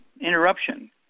interruption